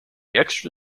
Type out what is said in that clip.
extra